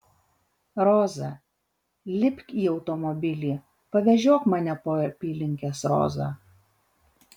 roza lipk į automobilį pavežiok mane po apylinkes roza